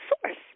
source